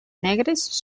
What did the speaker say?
negres